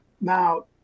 now